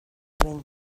behin